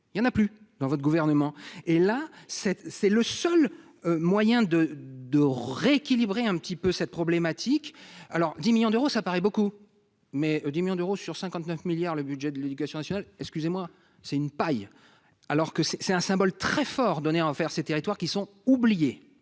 il en a plus dans votre gouvernement et là cette c'est le seul moyen de de rééquilibrer un petit peu cette problématique alors 10 millions d'euros, ça paraît beaucoup, mais des millions d'euros sur 59 milliards le budget de l'Éducation nationale, excusez-moi, c'est une paille alors que c'est, c'est un symbole très fort donné en faire ces territoires qui sont oubliées,